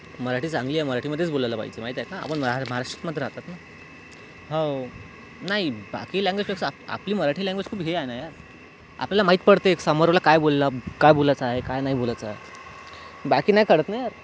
मराठी चांगली आहे मराठीमध्येच बोलायला पाहिजे माहीत आहे का आपण महा महाराष्ट्रमध्ये राहतात ना हो नाही बाकी लँग्वेजपेक्षा आपली मराठी लँग्वेज खूप हे आहे ना यार आपल्याला माहीत आहे पडते समोरलं काय बोललं काय बोलायचं आहे काय नाही बोलायचं बाकी नाही कळत ना यार